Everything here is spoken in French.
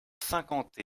cinquante